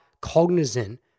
cognizant